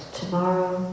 tomorrow